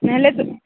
ନେହେଲେ ତ